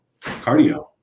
cardio